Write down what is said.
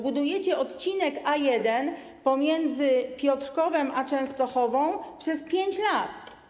Budujecie odcinek A1 pomiędzy Piotrkowem a Częstochową przez 5 lat.